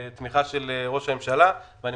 בתמיכה של ראש הממשלה אז כל הכבוד.